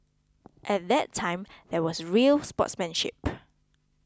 at that time there was real sportsmanship